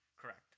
correct